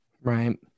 Right